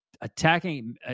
attacking